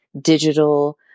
digital